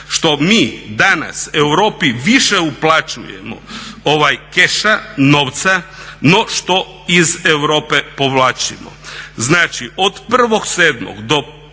što mi danas Europi više uplaćujemo keša, novca, no što iz Europe povlačimo. Znači od 1.7.2013.do